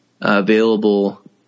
available